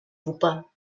wupper